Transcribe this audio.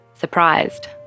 Surprised